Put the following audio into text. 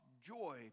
joy